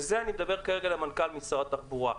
ואני מדבר כרגע אל מנכ"ל משרד התחבורה.